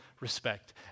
respect